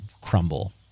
crumble